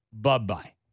Bye-bye